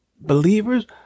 Believers